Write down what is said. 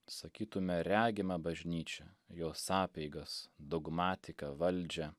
sakytume regimą bažnyčią jos apeigas dogmatiką valdžią